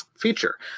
Feature